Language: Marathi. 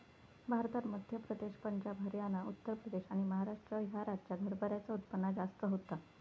भारतात मध्य प्रदेश, पंजाब, हरयाना, उत्तर प्रदेश आणि महाराष्ट्र ह्या राज्यांत हरभऱ्याचा उत्पन्न जास्त होता